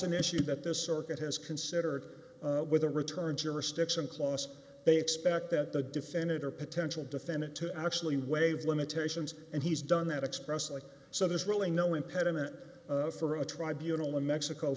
an issue that this circuit has considered with the return jurisdiction clause they expect that the defendant or potential defendant to actually waive limitations and he's done that express like so there's really no impediment for a tribunals in mexico